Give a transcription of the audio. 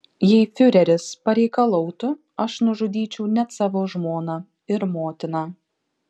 jei fiureris pareikalautų aš nužudyčiau net savo žmoną ir motiną